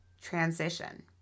transition